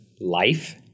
life